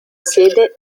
sede